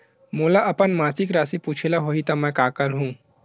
मोला अपन मासिक राशि पूछे ल होही त मैं का करहु?